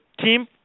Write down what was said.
team